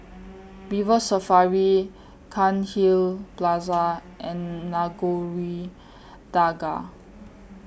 River Safari Cairnhill Plaza and Nagore Dargah